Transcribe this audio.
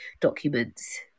documents